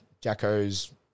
Jacko's